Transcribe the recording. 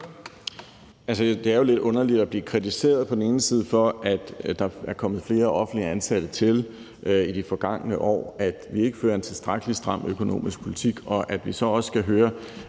Det er jo lidt underligt på den ene side at blive kritiseret for, at der er kommet flere offentligt ansatte i det forgangne år, og for, at vi ikke fører en tilstrækkelig stram økonomisk politik, og på den anden side så også skulle høre,